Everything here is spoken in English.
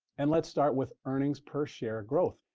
and let's start with earnings per share growth.